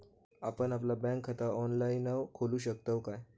आपण आपला बँक खाता ऑनलाइनव खोलू शकतव काय?